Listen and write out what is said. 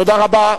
תודה רבה.